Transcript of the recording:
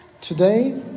Today